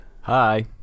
Hi